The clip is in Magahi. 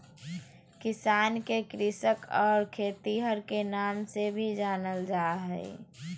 किसान के कृषक और खेतिहर के नाम से भी जानल जा हइ